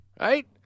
right